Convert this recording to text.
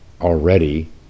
already